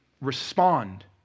respond